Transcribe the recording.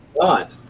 god